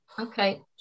okay